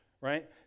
right